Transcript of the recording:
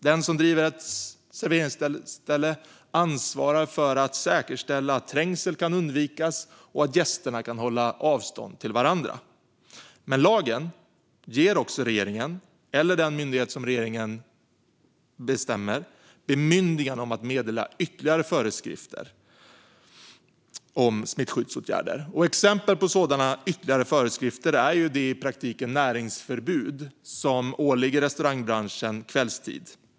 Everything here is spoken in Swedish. Den som driver ett serveringsställe ansvarar för att säkerställa att trängsel kan undvikas och att gästerna kan hålla avstånd till varandra. Men lagen ger också regeringen, eller den myndighet som regeringen bestämmer, bemyndigande att meddela ytterligare föreskrifter om smittskyddsåtgärder. Exempel på sådana ytterligare föreskrifter är det näringsförbud som i praktiken gäller för restaurangbranschen kvällstid.